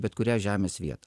bet kurią žemės vietą